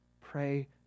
pray